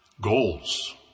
goals